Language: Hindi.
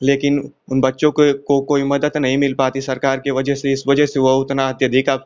लेकिन उन बच्चों के को कोई मदद नहीं मिल पाती सरकार के वजह से इस वजह से वो उतना अत्यधिक अब